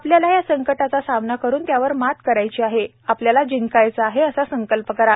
आपल्याला या संकटाचा सामना करून त्यावर मात करायची आहे आपल्याला जिंकायचं आहे असा संकल्प करा